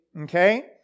Okay